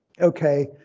okay